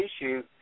issue